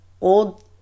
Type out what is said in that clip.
old-